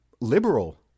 liberal